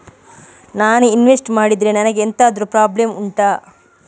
ನಾನು ಇನ್ವೆಸ್ಟ್ ಮಾಡಿದ್ರೆ ನನಗೆ ಎಂತಾದ್ರು ಪ್ರಾಬ್ಲಮ್ ಉಂಟಾ